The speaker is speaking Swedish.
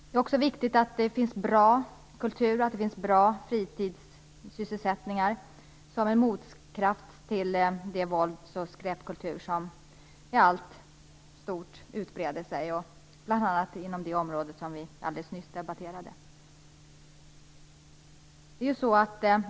Det är också viktigt att det finns bra kultur och bra fritidssysselsättningar som en motkraft till den vålds och skräpkultur som utbreder sig, bl.a. inom det område som vi alldeles nyss debatterade.